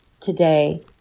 Today